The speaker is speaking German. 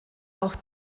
auch